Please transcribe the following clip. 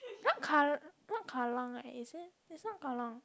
not not Kallang leh is it it's not Kallang